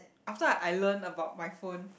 after I learn about my phone